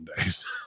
days